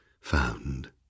found